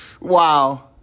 Wow